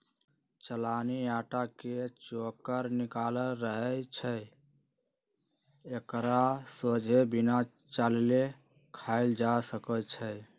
चलानि अटा के चोकर निकालल रहै छइ एकरा सोझे बिना चालले खायल जा सकै छइ